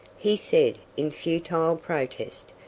he said in futile protest,